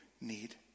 need